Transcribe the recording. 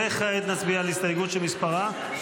וכעת נצביע על הסתייגות -- 795.